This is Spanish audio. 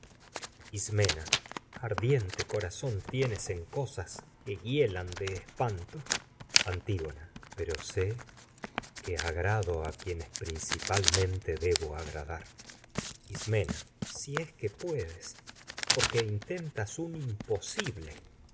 de ardiente tienes que hie espanto antígona pero sé que agrado a quienes princi palmente debo agradar ismena si es que puedes porque intentas un